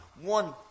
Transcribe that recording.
one